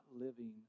living